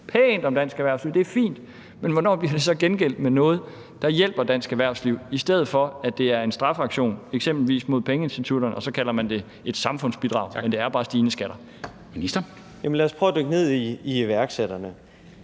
pænt om dansk erhvervsliv, det er fint, men hvornår bliver det så gengældt med noget, der hjælper dansk erhvervsliv? I stedet for er det en straffeaktion, eksempelvis mod pengeinstitutterne, og så kalder man det et samfundsbidrag, men det er bare stigende skatter. Kl. 13:48 Formanden (Henrik